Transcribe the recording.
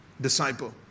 disciple